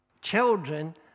children